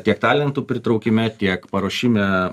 tiek talentų pritraukime tiek paruošime